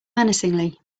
menacingly